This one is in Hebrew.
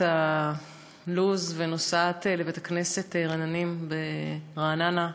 הלו"ז ונוסעת לבית-הכנסת "רננים" ברעננה,